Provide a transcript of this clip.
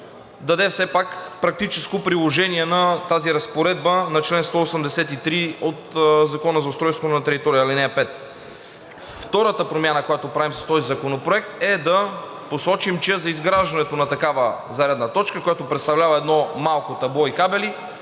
даде все пак практическо приложение на тази разпоредба на чл. 183, ал. 5 от Закона за устройство на територията. Втората промяна, която правим със Законопроекта, е да посочим, че за изграждането на такава зарядна точка, която представлява едно малко табло и кабели,